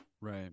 Right